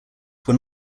were